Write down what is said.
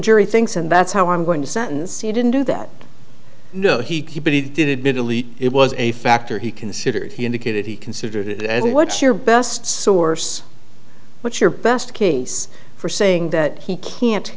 jury thinks and that's how i'm going to sentence you didn't do that no he did admit a leak it was a factor he considered he indicated he considered it and what's your best source what's your best case for saying that he can't